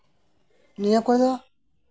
ᱱᱤᱭᱟᱹ ᱠᱚᱫᱚ